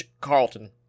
Carlton